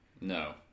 No